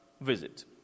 visit